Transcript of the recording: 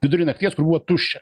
vidury nakties kur buvo tuščia